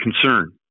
concern